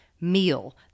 meal